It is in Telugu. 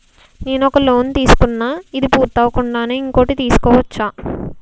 నేను ఒక లోన్ తీసుకున్న, ఇది పూర్తి అవ్వకుండానే ఇంకోటి తీసుకోవచ్చా?